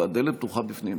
והדלת פתוחה בפניהם.